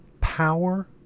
power